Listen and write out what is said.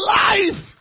life